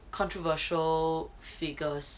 controversial figures